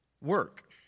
work